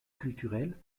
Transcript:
culturelle